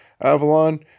Avalon